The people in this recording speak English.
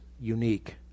unique